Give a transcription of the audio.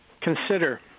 consider